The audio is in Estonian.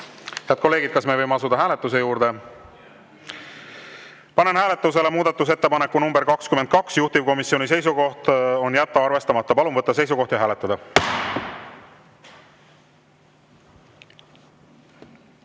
hääletada. Kas me tohime asuda hääletuse juurde? Panen hääletusele muudatusettepaneku nr 48, juhtivkomisjoni seisukoht on jätta arvestamata. Palun võtta seisukoht ja hääletada!